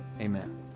Amen